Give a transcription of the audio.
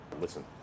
listen